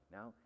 Now